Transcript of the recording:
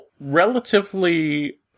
relatively